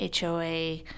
HOA